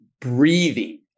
breathing